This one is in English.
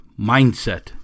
Mindset